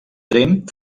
tren